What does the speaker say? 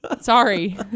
Sorry